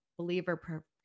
believer